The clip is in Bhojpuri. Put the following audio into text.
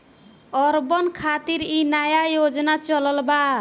अर्बन खातिर इ नया योजना चलल बा